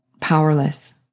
powerless